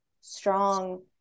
strong